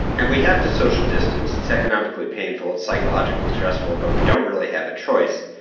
and we have to social distance. it's economically painful. it's psychologically stressful, but we don't really have a choice.